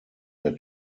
der